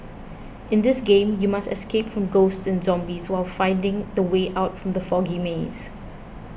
in this game you must escape from ghosts and zombies while finding the way out from the foggy maze